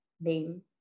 name